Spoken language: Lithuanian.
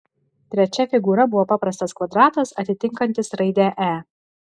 trečia figūra buvo paprastas kvadratas atitinkantis raidę e